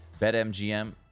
BetMGM